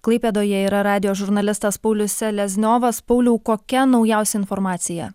klaipėdoje yra radijo žurnalistas paulius selezniovas pauliau kokia naujausia informacija